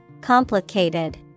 Complicated